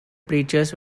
preachers